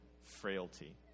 frailty